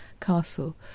castle